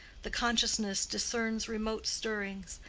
the consciousness discerns remote stirrings.